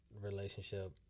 relationship